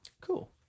Cool